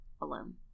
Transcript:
alone